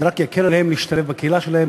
זה רק יקל עליהם להשתלב בקהילה שלהם,